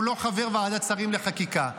הוא לא חבר ועדת שרים לחקיקה.